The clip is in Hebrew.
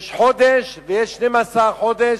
יש חודש ויש 12 חודש,